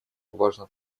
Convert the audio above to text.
важно